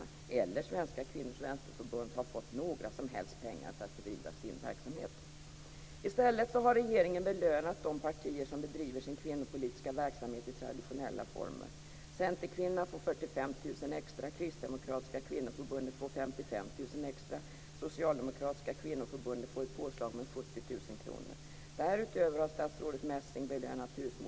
De regler som styr fördelningen av bidragen är omoderna, och jag tycker att man skall se över dem. Så länge reglerna finns, och innan det har kommit nya förslag på hur fördelningen skall se ut i fortsättningen, tänker jag följa de regler som riksdagen har ställt sig bakom. Jag utgår från att riksdagen inte har något emot det. Det finns olika sätt att öka jämställdheten. Jag tror t.ex. att det är oerhört viktigt att fler män kommer in i jämställdhetsdebatten.